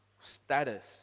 status